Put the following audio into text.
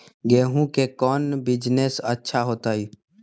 गेंहू के कौन बिजनेस अच्छा होतई?